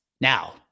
Now